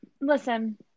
Listen